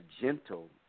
gentle